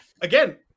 Again